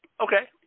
Okay